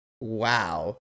Wow